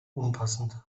unpassend